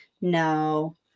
No